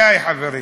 די, חברים.